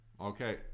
Okay